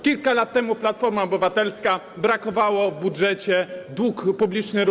Kilka lat temu Platformie Obywatelskiej brakowało w budżecie, dług publiczny rósł.